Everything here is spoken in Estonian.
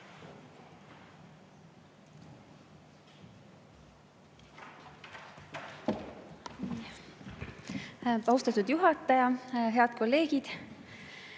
Austatud juhataja! Head kolleegid!